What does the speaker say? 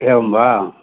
एवं वा